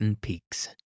peaks